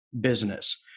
business